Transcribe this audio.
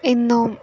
ಇನ್ನು